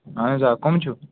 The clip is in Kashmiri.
اَہن حظ آ کٕم چھِو